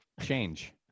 Change